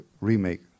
remake